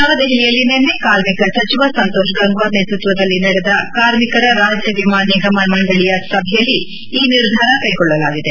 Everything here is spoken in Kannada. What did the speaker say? ನವದೆಹಲಿಯಲ್ಲಿ ನಿನ್ನೆ ಕಾರ್ಮಿಕ ಸಚಿವ ಸಂತೋಷ್ ಗಂಗ್ಲಾರ್ ನೇತ್ವತ್ಸದಲ್ಲಿ ನಡೆದ ಕಾರ್ಮಿಕರ ರಾಜ್ಯ ವಿಮಾ ನಿಗಮ ಮಂಡಳಿಯ ಸಭೆಯಲ್ಲಿ ಈ ನಿರ್ಧಾರ ಕೈಗೊಳ್ಳಲಾಗಿದೆ